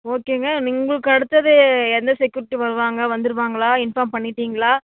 ஓகேங்க நீங்க உங்களுக்கு அடுத்தது எந்த செக்யூர்ட்டி வருவாங்க வந்துடுவாங்களா இன்ஃபார்ம் பண்ணிவிட்டிங்களா